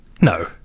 No